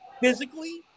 physically